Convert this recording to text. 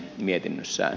mietinnössä